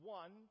one